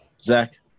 Zach